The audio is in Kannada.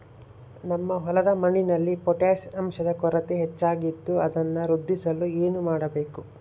ನಮ್ಮ ಹೊಲದ ಮಣ್ಣಿನಲ್ಲಿ ಪೊಟ್ಯಾಷ್ ಅಂಶದ ಕೊರತೆ ಹೆಚ್ಚಾಗಿದ್ದು ಅದನ್ನು ವೃದ್ಧಿಸಲು ಏನು ಮಾಡಬೇಕು?